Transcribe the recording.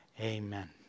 Amen